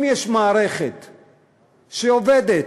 אם יש מערכת שעובדת,